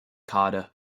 cotta